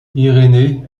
irénée